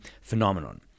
phenomenon